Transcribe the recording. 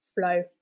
flow